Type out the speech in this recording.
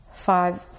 five